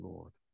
Lord